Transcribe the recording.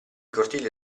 cortili